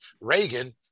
reagan